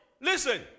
Listen